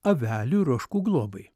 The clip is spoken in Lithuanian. avelių ir ožkų globai